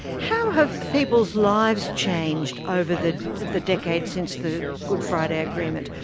how have people's lives changed over the the decades since the good friday agreement?